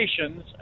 nations